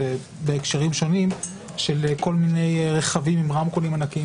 בהקשרים שונים של כל מיני רכבים עם רמקולים ענקיים